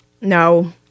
No